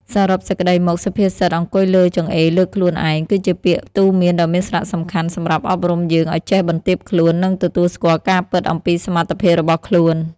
សរុបសេចក្ដីមក សុភាសិត អង្គុយលើចង្អេរ លើកខ្លួនឯង គឺជាពាក្យទូន្មានដ៏មានសារៈសំខាន់សម្រាប់អប់រំយើងឱ្យចេះបន្ទាបខ្លួន និងទទួលស្គាល់ការពិតអំពីសមត្ថភាពរបស់ខ្លួន។